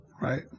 right